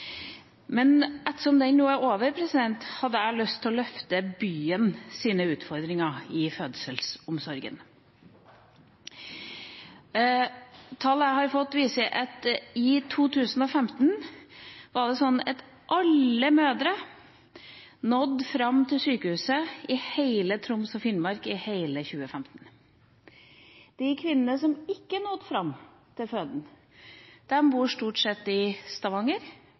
Men ettersom den nå er over, har jeg lyst til å løfte byens utfordringer i fødselsomsorgen. Tall jeg har fått, viser at i 2015 var det slik at alle mødre nådde fram til sykehuset i hele Troms og Finnmark – i hele 2015. De kvinnene som ikke nådde fram til føden, bor stort sett i Stavanger,